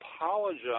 apologize